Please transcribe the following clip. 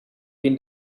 been